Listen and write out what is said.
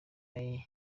y’igihe